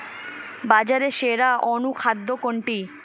বাজারে সেরা অনুখাদ্য কোনটি?